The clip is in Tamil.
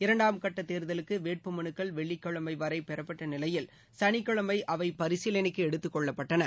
இரண்டாம் கட்டத் தேர்தலுக்கு வேட்புமனுக்கள் வெள்ளிக் கிழமை வரை பெறப்பட்ட நிலையில் சனிக்கிழமை அவை பரிசீலனைக்கு எடுத்துக்கொள்ளகப்பட்டன